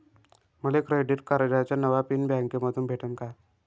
मले क्रेडिट कार्डाचा नवा पिन बँकेमंधून भेटन का?